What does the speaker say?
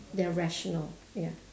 they're rational ya